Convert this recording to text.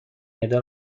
ایده